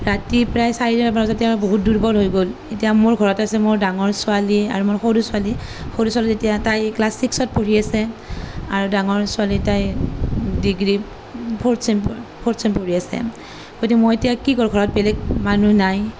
ৰাতি প্ৰায় চাৰিটামান বজাত তেওঁ বহুত দুৰ্বল হৈ গ'ল এতিয়া মোৰ ঘৰত আছে মোৰ ডাঙৰ ছোৱালী আৰু মোৰ সৰু ছোৱালী সৰু ছোৱালী যেতিয়া তাই ক্লাছ ছিক্সত পঢ়ি আছে আৰু ডাঙৰ ছোৱালী তাই ডিগ্ৰীৰ ফৰ্থ ছেমবাৰ ফৰ্থ ছেম পঢ়ি আছে গতিকে মই এতিয়া কি কৰিম ঘৰত বেলেগ মানুহ নাই